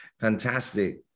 fantastic